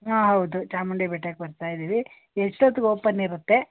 ಹಾಂ ಹೌದು ಚಾಮುಂಡಿ ಬೆಟ್ಟಕ್ಕೆ ಬರ್ತಾಯಿದ್ದೀವಿ ಎಷ್ಟೊತ್ಗೆ ಓಪನ್ ಇರುತ್ತೆ